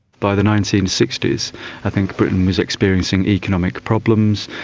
by the nineteen sixty s i think britain was experiencing economic problems,